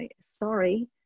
sorry